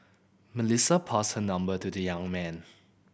Melissa passed her number to the young man